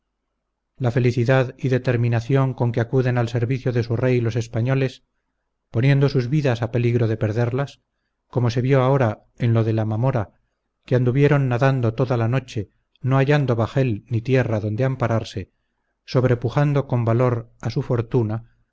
la felicidad y determinación con que acuden al servicio de su rey los españoles poniendo sus vidas a peligro de perderlas como se vio ahora en lo de la mamora que anduvieron nadando toda la noche no hallando bajel ni tierra donde ampararse sobrepujando con valor a su fortuna